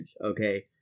okay